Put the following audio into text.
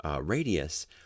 radius